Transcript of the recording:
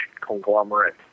conglomerate